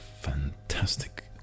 fantastic